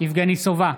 יבגני סובה,